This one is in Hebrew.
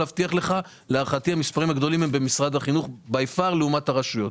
אבל להערכתי המספרים גדולים יותר במשרד החינוך לעומת הרשויות.